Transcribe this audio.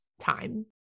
time